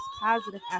positive